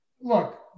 look